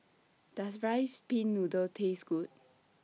Does Rice Pin Noodles Taste Good